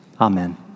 Amen